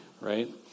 Right